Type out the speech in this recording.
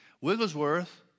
Wigglesworth